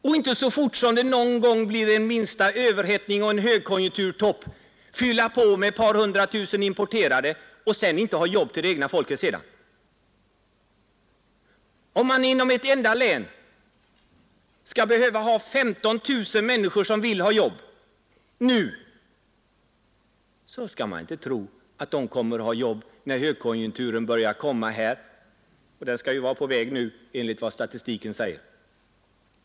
Man kan inte vid minsta överhettning eller högkonjunkturtopp fylla på med ett par hundratusen importerade arbetare och sedan inte ha jobb åt det egna folket. Om i ett enda län finns 15 000 människor som nu vill ha jobb, skall man inte tro att de får jobb när högkonjunkturen börjar komma, och den skall ju vara på väg enligt vad statistiken säger.